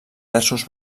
terços